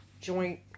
joint